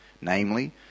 namely